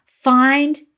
Find